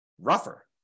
rougher